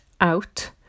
out